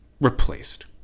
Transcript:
replaced